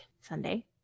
Sunday